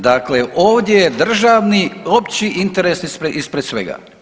Dakle, ovdje je državni opći interes ispred svega.